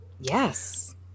Yes